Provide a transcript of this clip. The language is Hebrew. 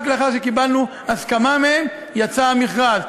רק לאחר שקיבלנו הסכמה מהם יצא המכרז.